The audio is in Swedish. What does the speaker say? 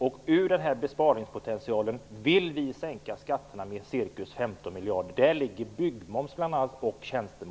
Med den här besparingspotentialen vill vi sänka skatterna, bl.a. byggmoms och tjänstemoms, med ca 15 miljarder.